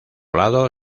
lado